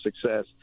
success